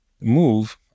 move